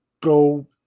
go